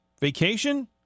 vacation